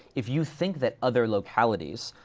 if you think that other localities,